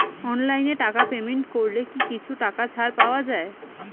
অনলাইনে টাকা পেমেন্ট করলে কি কিছু টাকা ছাড় পাওয়া যায়?